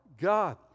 God